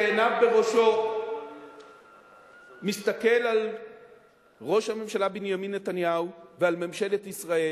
שעיניו בראשו מסתכל על ראש הממשלה בנימין נתניהו ועל ממשלת ישראל